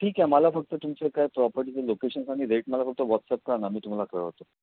ठीक आहे मला फक्त तुमचे काही प्रॉपर्टीचे लोकेशन्स आणि रेट मला फक्त वॉट्सअप करा ना मी तुम्हाला कळवतो